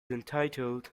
entitled